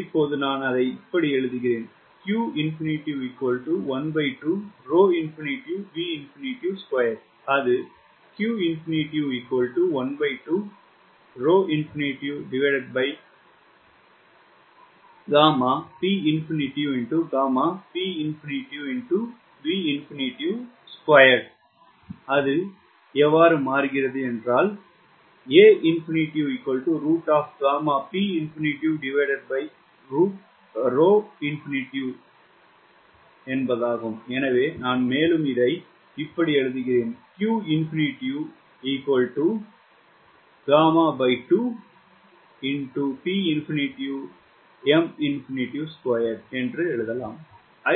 இப்போது நான் எழுதுகிறேன் அது அது எங்களுக்குத் தெரியும் எனவே நான் மேலும் எழுத முடியும்